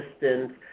distance